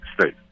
state